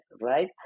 right